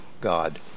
God